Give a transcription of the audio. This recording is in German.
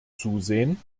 zusehen